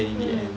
mm